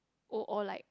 oh or like